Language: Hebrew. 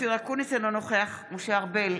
אופיר אקוניס, אינו נוכח משה ארבל,